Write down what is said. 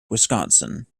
wisconsin